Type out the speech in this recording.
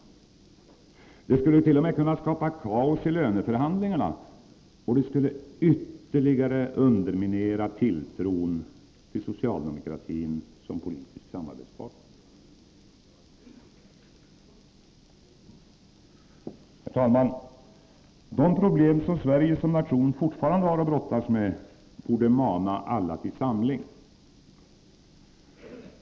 Det skulle t.o.m. kunna skapa kaos i löneförhandlingarna. Och det skulle ytterligare underminera tilltron till socialdemokratin som politisk samarbetspartner. Herr talman! De problem som Sverige som nation fortfarande har att brottas med borde mana alla till samling.